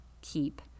keep